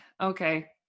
Okay